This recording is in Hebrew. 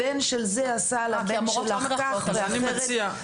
הבן של זה, עשה לבן שלך כך ואחרת.